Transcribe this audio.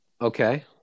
okay